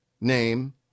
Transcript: name